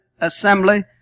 Assembly